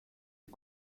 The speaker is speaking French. est